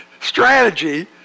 strategy